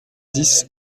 dix